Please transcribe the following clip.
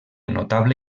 notable